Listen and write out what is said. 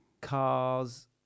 cars